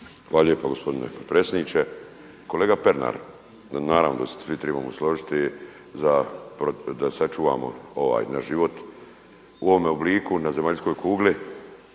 Hvala lijepo gospodine potpredsjedniče. Kolega Pernar, naravno da se svi trebamo složiti da sačuvamo ovaj naš život u ovome obliku na zemaljskoj kugli